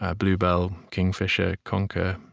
ah bluebell, kingfisher, conker,